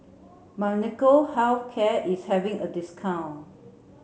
Molnylcke Health Care is having a discount